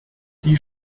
die